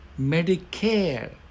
Medicare